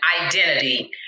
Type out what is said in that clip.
identity